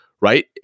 right